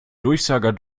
durchsager